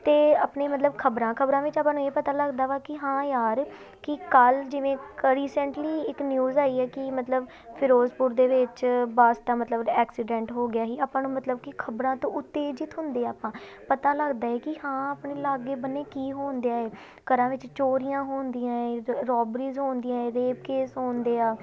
ਅਤੇ ਆਪਣੇ ਮਤਲਬ ਖ਼ਬਰਾਂ ਖ਼ਬਰਾਂ ਵਿੱਚ ਆਪਾਂ ਨੂੰ ਇਹ ਪਤਾ ਲੱਗਦਾ ਵਾ ਕਿ ਹਾਂ ਯਾਰ ਕਿ ਕੱਲ੍ਹ ਜਿਵੇਂ ਰੀਸੈਂਟਲੀ ਇੱਕ ਨਿਊਜ਼ ਆਈ ਆ ਕਿ ਮਤਲਬ ਕਿਫਿਰੋਜ਼ਪੁਰ ਦੇ ਵਿੱਚ ਬੱਸ ਦਾ ਮਤਲਬ ਐਕਸੀਡੈਂਟ ਹੋ ਗਿਆ ਸੀ ਆਪਾਂ ਨੂੰ ਮਤਲਬ ਕਿ ਖ਼ਬਰਾਂ ਤੋਂ ਉਤੇਜਿਤ ਹੁੰਦੇ ਆ ਆਪਾਂ ਪਤਾ ਲੱਗਦਾ ਕਿ ਹਾਂ ਆਪਣੇ ਲਾਗੇ ਬੰਨੇ ਕੀ ਹੋਣ ਦਿਆ ਹੈ ਘਰਾਂ ਵਿੱਚ ਚੋਰੀਆਂ ਹੋਣ ਦੀਆਂ ਹੈ ਰ ਰੋਬਰੀਜ ਹੋਣ ਦੀਆਂ ਇਹਦੇ ਕੇਸ ਹੋਣ ਦੇ ਆ